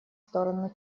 сторону